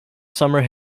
summer